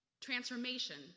Transformation